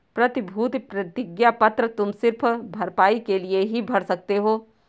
प्रतिभूति प्रतिज्ञा पत्र तुम सिर्फ भरपाई के लिए ही भर सकते हो